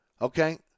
Okay